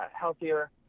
healthier